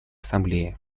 ассамблеи